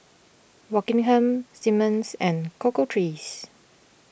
Rockingham Simmons and the Cocoa Trees